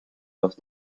los